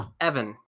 Evan